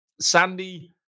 Sandy